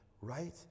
right